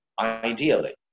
ideally